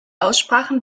aussprachen